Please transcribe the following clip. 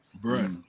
bro